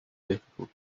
difficult